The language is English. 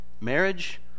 marriage